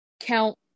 count